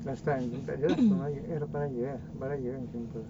last time tak ada lah sebelum raya eh lepas raya lepas raya kan jumpa